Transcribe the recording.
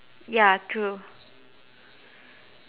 ya true